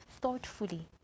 thoughtfully